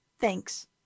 Thanks